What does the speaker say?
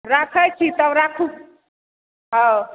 राखै छी तब राखु हँ